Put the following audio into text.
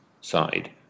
side